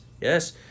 yes